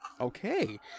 okay